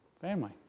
family